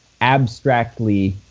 abstractly